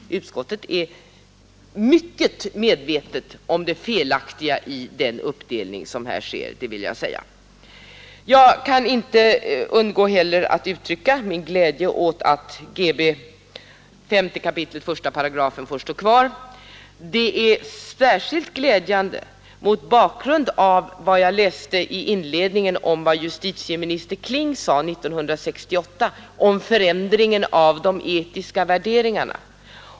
Utskottet är mycket medvetet om det felaktiga i den uppdelning som här sker. Jag kan inte heller undgå att uttrycka min glädje åt att 5 kap. 1§ giftermålsbalken får stå kvar. Det är särskilt glädjande mot bakgrunden av vad justitieminister Kling — jag nämnde det inledningsvis — sade 1968 om förändringen av de etiska värderingarna.